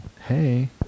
Hey